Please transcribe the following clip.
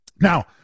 Now